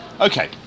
Okay